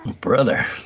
Brother